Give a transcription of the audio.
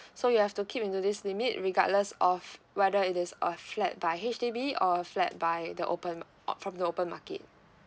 so you have to keep within this limit regardless of whether it is a flat by H_D_B or a flat by the open from the open market